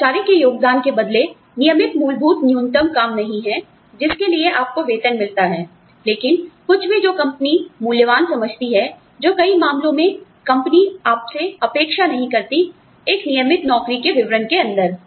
कर्मचारी के योगदान के बदले नियमित मूलभूत न्यूनतम काम नहीं है जिसके लिए आपको वेतन मिलता है लेकिन कुछ भी जो कंपनी मूल्यवान समझती है जो कई मामलों में कंपनी आपसे अपेक्षा नहीं करती एक नियमित नौकरी के विवरण के अंदर